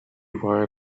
while